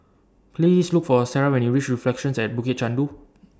Please Look For Sarrah when YOU REACH Reflections At Bukit Chandu